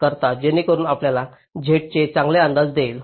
करता जेणेकरुन आपल्याला Z येथे चांगला अंदाज येईल